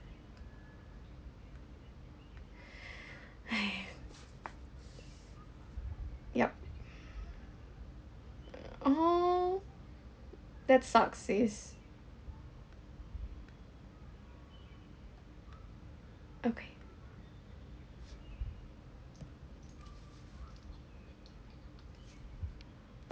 !aiya! ya err oh that sucks sis okay